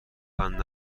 بند